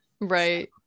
Right